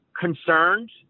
concerned